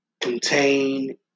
contain